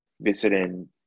visiting